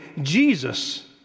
Jesus